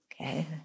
Okay